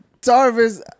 Tarvis